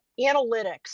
analytics